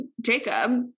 Jacob